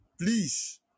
Please